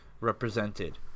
represented